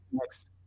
next